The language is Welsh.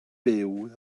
byw